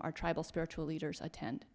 our tribal spiritual leaders atten